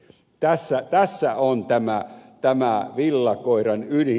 tässä on tämä villakoiran ydin